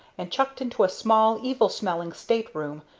and chucked into a small, evil-smelling state-room,